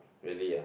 really ah